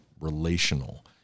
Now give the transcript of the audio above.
relational